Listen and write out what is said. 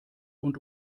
und